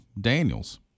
Daniels